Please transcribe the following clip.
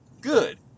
good